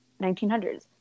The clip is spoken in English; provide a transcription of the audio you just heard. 1900s